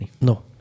No